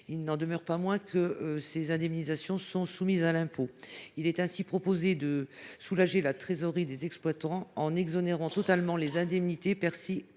il n’en demeure pas moins que ces indemnités sont soumises à l’impôt. Nous proposons de soulager la trésorerie des exploitants en exonérant totalement ces indemnités, sous